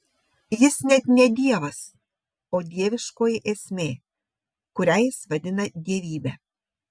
jis net ne dievas o dieviškoji esmė kurią jis vadina dievybe